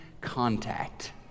contact